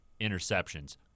interceptions